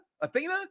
Athena